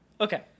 Okay